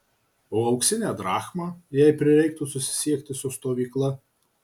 o auksinę drachmą jei prireiktų susisiekti su stovykla